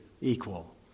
equal